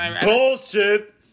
Bullshit